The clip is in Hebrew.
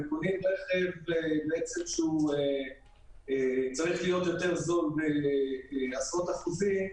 הם קונים רכב שצריך להיות יותר זול בעשרות אחוזים.